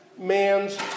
man's